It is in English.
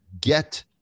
Get